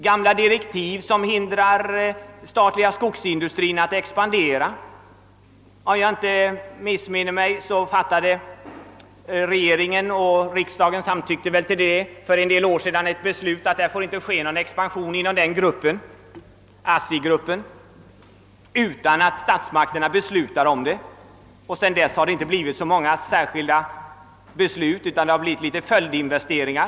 Gamla direktiv hindrar den statliga skogsindustrin att expandera” — om jag inte missminner mig fattade regeringen och riksdagen för en del år sedan ett beslut att någon expansion inte får förekomma inom ASSI utan att statsmakterna beslutar därom. Sedan dess har inte så många särskilda beslut fattats, utan det har endast blivit följdinvesteringar.